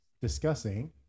discussing